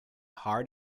hard